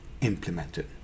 implemented